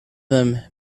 them